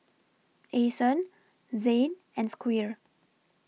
Ason Zane and Squire